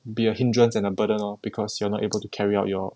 be a hindrance and a burden lor because you are not able to carry out your